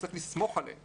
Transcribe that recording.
צריך לסמוך עליהם